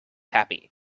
happy